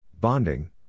Bonding